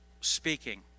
speaking